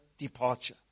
Departure